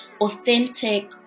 authentic